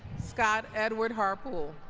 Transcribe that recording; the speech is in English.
scott edward harpool